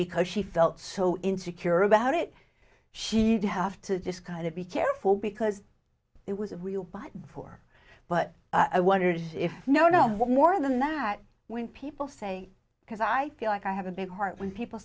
because she felt so in secure about it she'd have to just kind of be careful because it was a real buy for but i wondered if you know no more than that when people say because i feel like i have a big heart when people